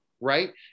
right